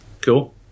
cool